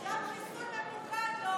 אז גם חיסול ממוקד לא עומד במבחנים.